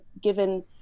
given